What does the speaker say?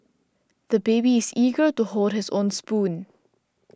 the baby is eager to hold his own spoon